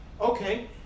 Okay